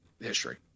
history